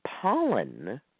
pollen